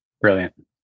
Brilliant